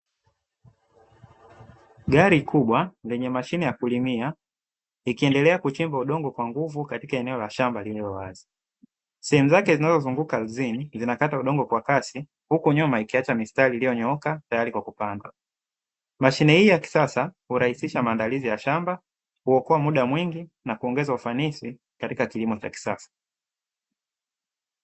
Gari kubwa lenye mashine ya kulimia ikiendelea kuchimba udongo kwa nguvu katika eneo la shamba lililo wazi sehemu zake zinazo zunguka zungu zinakatwa udongo kwa kasi, huku nyuma ikiacha mistari iliyonyooka tayari kwa kupanga mashine hii ya kisasa kurahisisha maandalizi ya shamba kuokoa muda mwingi na kuongeza ufanisi katika kilimo cha kisasa.